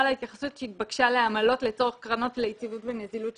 להתייחסות שהתבקשה לעמלות לצורך קרנות ליציבות ונזילות,